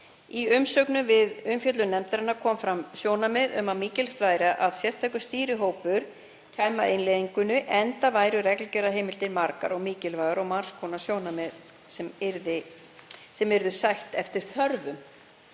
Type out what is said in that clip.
Í umsögnum og við umfjöllun nefndarinnar komu fram sjónarmið um að mikilvægt væri að sérstakur stýrihópur kæmi að innleiðingunni enda væru reglugerðarheimildir margar og mikilvægt að margs konar sjónarmið yrðu sætt eftir þörfum.